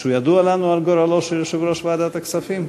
משהו ידוע לנו על גורלו של יושב-ראש ועדת הכספים?